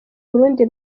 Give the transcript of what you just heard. burundi